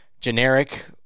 Generic